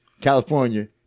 California